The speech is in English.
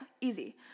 easy